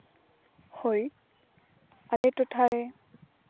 ᱦᱳᱭ ᱟᱞᱮ ᱴᱚᱴᱷᱟᱨᱮ